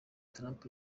trump